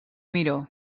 miró